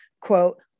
quote